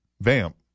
Vamp